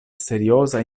serioza